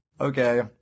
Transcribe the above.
Okay